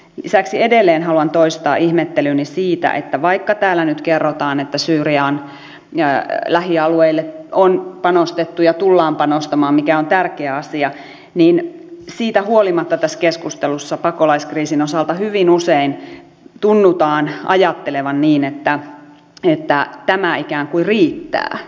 lisäksi edelleen haluan toistaa ihmettelyni siitä että vaikka täällä nyt kerrotaan että syyrian lähialueille on panostettu ja tullaan panostamaan mikä on tärkeä asia niin siitä huolimatta tässä keskustelussa pakolaiskriisin osalta hyvin usein tuntuu ajateltavan niin että tämä ikään kuin riittää